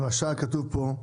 למשל כתוב פה: